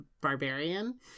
Barbarian